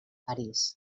parís